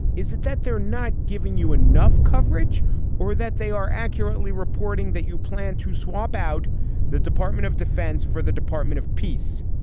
is it that they're not giving you enough coverage or that they are accurately reporting that you plan to swap out the department of defense for the department of peace?